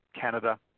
canada